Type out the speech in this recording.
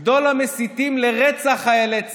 גדול המסיתים לרצח חיילי צה"ל.